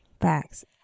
Facts